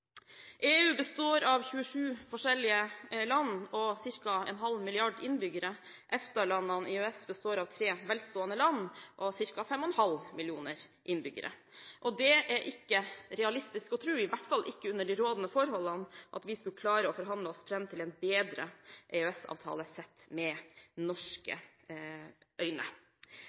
EU består av 27 forskjellige land og ca. en halv milliard innbyggere. EFTA og EØS består av tre velstående land og ca. 5,5 millioner innbyggere. Det er ikke realistisk å tro, i hvert fall ikke under de rådende forholdene, at vi skal klare å forhandle oss fram til en bedre EØS-avtale sett med norske øyne.